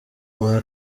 uwa